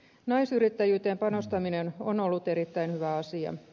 naisyrittäjyyteen panostaminen on ollut erittäin hyvä asia